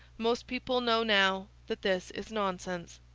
most people know now that this is nonsense.